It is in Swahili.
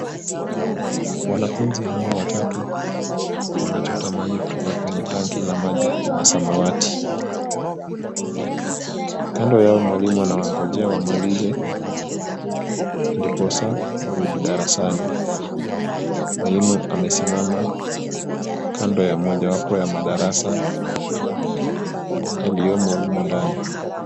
Wanafunzi hawa watatu wanachota maji kutoka kwenye tanki la maji la samawati. Kando yao mwalimu anawangojea wamalize ndiposa warudi darasani. Mwalimu amesimama kando ya mojawapo ya madarasa yaliyomo humo ndani.